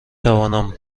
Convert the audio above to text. توانم